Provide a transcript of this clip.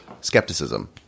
skepticism